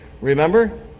Remember